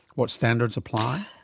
what standards apply?